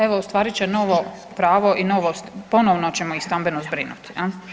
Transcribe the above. Evo ostvarit će novo pravo i novost ponovno ćemo ih stambeno zbrinuti.